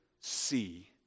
see